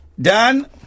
Dan